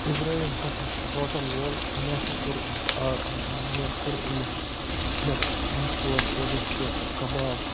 اِبراہیم ہسا چھُ ہوٹَل وول مےٚ ہسا کوٚر أمِس آ مےٚ کوٚر أمِس مےٚ مےٚ سوز سُہ رِستہٕ کَباب